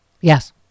Yes